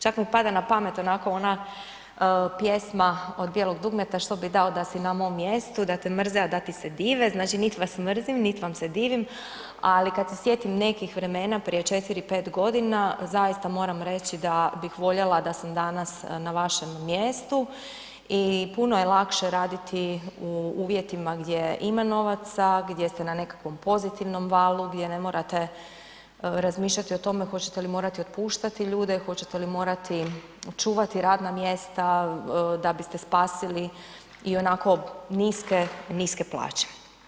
Čak mi pada na pamet onako ona pjesma od Bijelog dugmeta, što bi dao da si na mom mjestu, da te mrze, a da ti se dive, znači nit vas mrzim, nit vam se divim ali kad se sjetim nekih vremena prije 4, 5 godina zaista moram reći da bih voljela da sam danas na vašem mjestu i puno je lakše raditi u uvjetima gdje ima novaca, gdje ste na nekakvom pozitivnom valu, gdje ne morate razmišljati o tome hoćete li morati otpuštati ljude, hoćete li morati čuvati radna mjesta da biste spasili i onako niske, niske plaće.